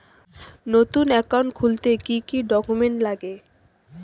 নতুন একাউন্ট খুলতে কি কি ডকুমেন্ট লাগে?